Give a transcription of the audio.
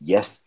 Yes